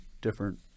different